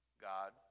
God